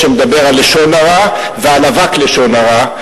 מדבר על לשון הרע ועל אבק לשון הרע,